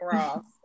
Ross